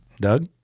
Doug